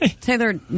taylor